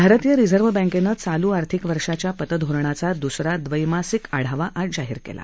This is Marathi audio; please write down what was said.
भारतीय रिझर्व्ह बँकेनं चालू आर्थिक वर्षाच्या पतधोरणाचा द्सरा दवैमासिक आढावा आज जाहीर केला